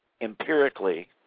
empirically